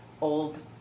old